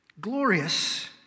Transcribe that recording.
glorious